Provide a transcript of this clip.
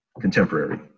contemporary